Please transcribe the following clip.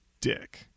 dick